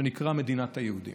שנקרא "מדינת היהודים".